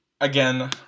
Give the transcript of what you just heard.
again